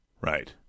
Right